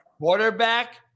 quarterback